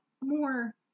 more